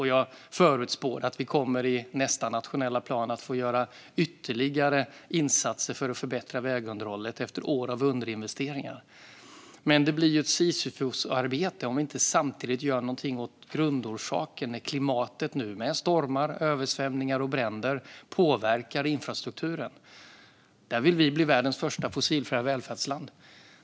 Jag förutspår att vi i nästa nationella plan kommer att få göra ytterligare insatser för att förbättra vägunderhållet efter år av underinvesteringar. Men det blir ett sisyfosarbete om vi inte samtidigt gör någonting åt grundorsaken när klimatet nu med stormar, översvämningar och bränder påverkar infrastrukturen. Där vill vi bli världens första fossilfria välfärdsland.